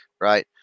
right